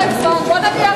בוא נניח,